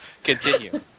Continue